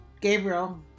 Gabriel